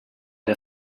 der